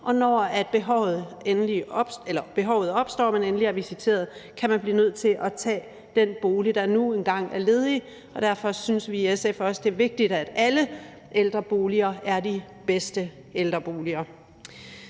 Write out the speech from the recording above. Og når behovet opstår og man endelig er visiteret, kan man blive nødt til at tage den bolig, der nu engang er ledig. Derfor synes vi i SF også, det er vigtigt, at alle ældreboliger er de bedste ældreboliger.